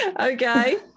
Okay